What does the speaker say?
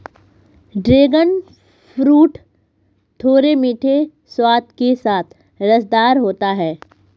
dragon fruit थोड़े मीठे स्वाद के साथ रसदार होता है